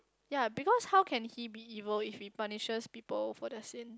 ya because how can he be evil if he punishes people for their sin